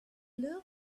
love